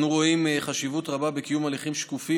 אנו רואים חשיבות רבה בקיום הליכים שקופים